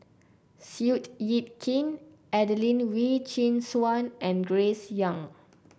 Seow Yit Kin Adelene Wee Chin Suan and Grace Young